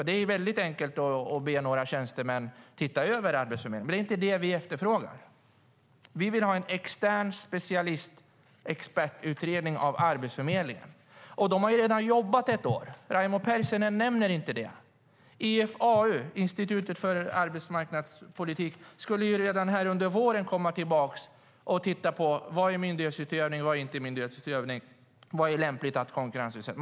Det är mycket enkelt att be några tjänstemän att göra en översyn av Arbetsförmedlingen. Men det är inte det som vi efterfrågar. Vi vill ha en extern expertutredning av Arbetsförmedlingen. En sådan har redan jobbat ett år. Raimo Pärssinen nämner inte det. IFAU, Institutet för arbetsmarknads och utbildningspolitisk utvärdering, skulle redan under våren återkomma och titta på vad som är myndighetsutövning och vad som inte är myndighetsutövning och vad som är lämpligt att konkurrensutsätta.